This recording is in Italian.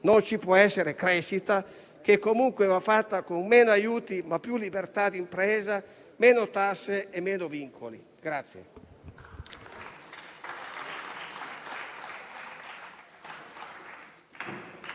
Signor Presidente, colleghi senatori, presidente Conte,